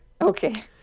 Okay